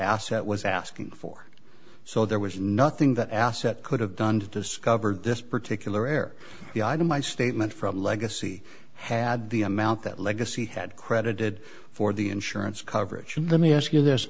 asset was asking for so there was nothing that asset could have done to discover this particular air the item my statement from legacy had the amount that legacy had credited for the insurance coverage in the me ask you this